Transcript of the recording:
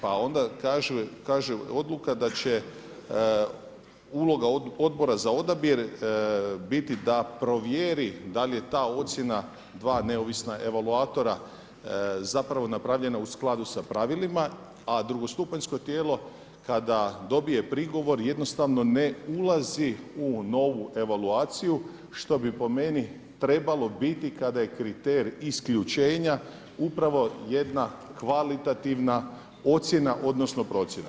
Pa onda kaže odluka da će uloga odbora za odabir biti da provjeri da li je ta ocjena dva neovisna evaluatora zapravo napravljena u skladu sa pravilima, a drugostupanjsko tijelo kada dobije prigovor jednostavno ne ulazi u novu evaluaciju što bi po meni trebalo biti kada je kriterij isključenja upravo jedna kvalitativna ocjena odnosno procjena.